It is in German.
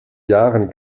jahren